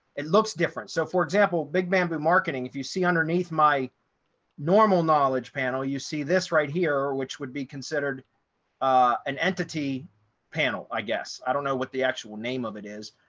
it looks different. so for example, big bamboo marketing. if you see underneath my normal knowledge panel, you see this right here, which would be considered an entity panel, i guess. i don't know what the actual name of it is.